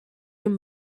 him